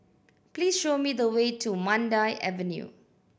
please show me the way to Mandai Avenue